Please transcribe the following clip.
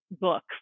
book